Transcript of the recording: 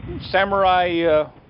samurai